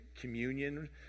communion